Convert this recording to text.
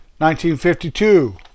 1952